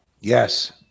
Yes